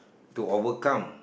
to overcome